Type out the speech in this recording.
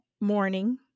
morning